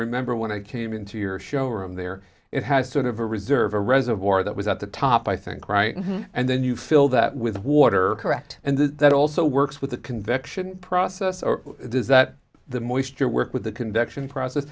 remember when i came into your showroom there it has sort of a reserve a reservoir that was at the top i think right and then you fill that with water correct and that it also works with the convection process or does that the moisture work with the convection process